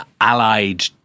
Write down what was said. allied